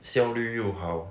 效率又好